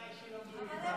בתנאי שילמדו ליבה.